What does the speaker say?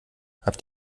habt